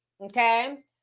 okay